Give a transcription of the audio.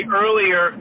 earlier